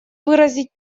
выразить